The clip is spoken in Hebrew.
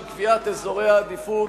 של קביעת אזורי העדיפות,